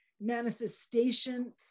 manifestation